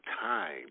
time